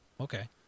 okay